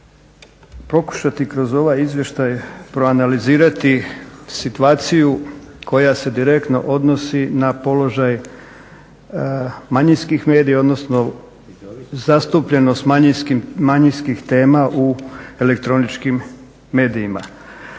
pokušati kroz ovaj izvještaj proanalizirati situaciju koja se direktno odnosi na položaj manjinskih medija, odnosno zastupljenost manjinskih tema u elektroničkim medijima.